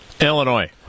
Illinois